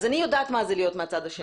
אני יודעת מה זה להיות מהצד השני.